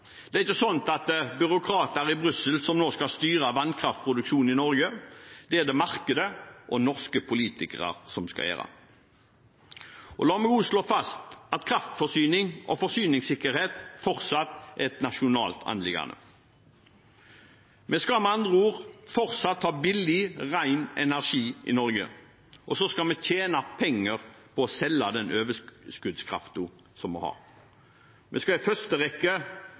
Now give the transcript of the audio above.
Det er ikke slik at det nå er byråkrater i Brussel som skal styre vannkraftproduksjonen i Norge, det er det markedet og norske politikere som skal gjøre. La meg også slå fast at kraftforsyning og forsyningssikkerhet fortsatt er et nasjonalt anliggende. Vi skal med andre ord fortsatt ha billig, ren energi i Norge, og så skal vi tjene penger på å selge den overskuddskraften vi har. Vi skal i første rekke